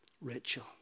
Rachel